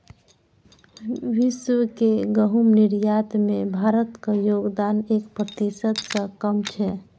विश्व के गहूम निर्यात मे भारतक योगदान एक प्रतिशत सं कम छै